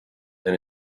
and